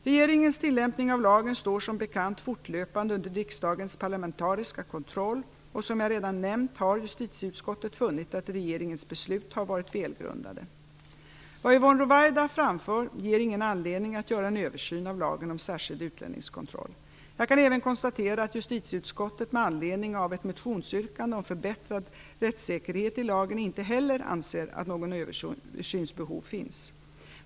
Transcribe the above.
Regeringens tillämpning av lagen står som bekant fortlöpande under riksdagens parlamentariska kontroll, och som jag redan har nämnt har justitieutskottet funnit att regeringens beslut har varit välgrundade. Vad Yvonne Ruwaida framfört ger inte anledning att göra en översyn av lagen om särskild utlänningskontroll. Jag kan även konstatera att justitieutskottet med anledning av ett motionsyrkande om förbättrad rättssäkerhet i lagen inte heller anser att något översynsbehov finns.